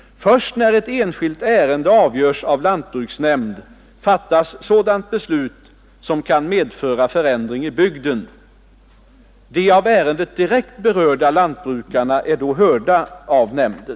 Först när ett enskilt ärende avgörs av lantbruksnämnd fattas sådant beslut som kan medföra förändring i bygden. De av ärendet direkt berörda lantbrukarna är då hörda av nämnden.